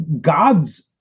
God's